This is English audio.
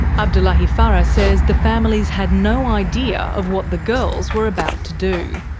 abdullahi farah says the families had no idea of what the girls were about to do.